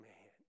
Man